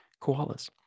koalas